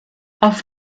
auf